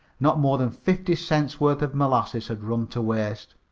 not more than fifty cents' worth of molasses had run to waste.